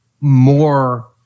more